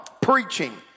preaching